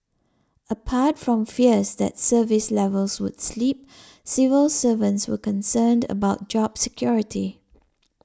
apart from fears that service levels would slip civil servants were concerned about job security